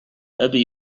أبي